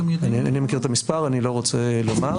אינני מכיר את המספר, אני לא רוצה לומר.